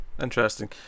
Interesting